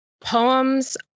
Poems